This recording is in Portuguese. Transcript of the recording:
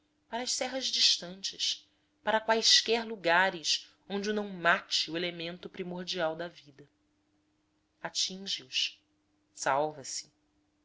para as serras distantes para quaisquer lugares onde o não mate o elemento primordial da vida atinge os salva se